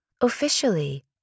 Officially